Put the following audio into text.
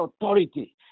authority